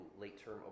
late-term